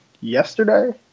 yesterday